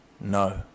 No